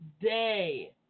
Day